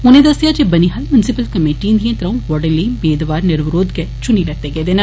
उनें दस्सेआ जे बनिहाल मुन्सिपल कमेटी दिएं त्रो वार्डे लेई मेदवार निरविरोध गै चुनी लैते गेदे न